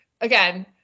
again